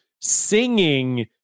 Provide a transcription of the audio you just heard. singing